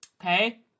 Okay